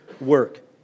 work